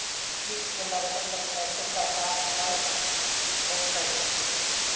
कीट के लगने पर कैसे पहचान कर जयतय?